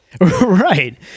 Right